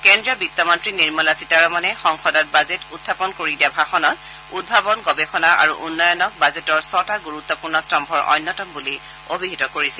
কেন্দ্ৰীয় বিত্ত মন্তী নিৰ্মলা সীতাৰমণে সংসদত বাজেট উখাপন কৰি দিয়া ভাষণত উদ্ভাৱন গৱেষণা আৰু উন্নয়নক বাজেটৰ ছটা গুৰুত্বপূৰ্ণ স্তম্ভৰ অন্যতম বুলি অভিহিত কৰিছিল